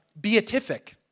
beatific